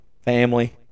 family